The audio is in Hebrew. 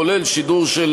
כולל שידור של